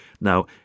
now